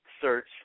search